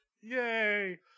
Yay